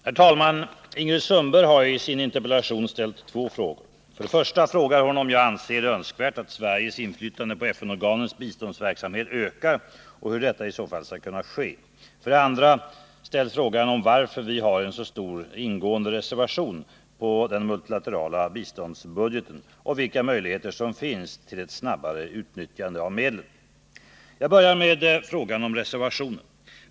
Herr talman! Ingrid Sundberg har i sin interpellation ställt två frågor. För det första frågar hon om jag anser det önskvärt att Sveriges inflytande på FN-organens biståndsverksamhet ökar och hur detta i så fall skall kunna ske. För det andra ställs frågan varför vi har en så stor ingående reservation på den multilaterala biståndsbudgeten och vilka möjligheter som finns till ett snabbare utnyttjande av medlen. Jag börjar med frågan om reservationen.